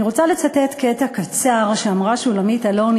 אני רוצה לצטט קטע קצר שאמרה שולמית אלוני